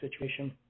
situation